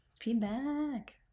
Feedback